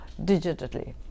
digitally